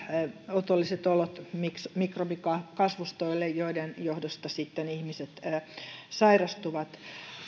otolliset olot mikrobikasvustoille joiden johdosta sitten ihmiset sairastuvat